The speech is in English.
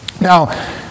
Now